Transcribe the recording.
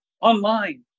online